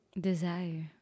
desire